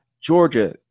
Georgia